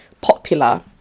popular